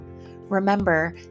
Remember